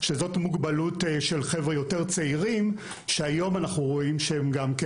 שזאת מוגבלות של חבר'ה יותר צעירים שהיום אנחנו רואים שהם גם כן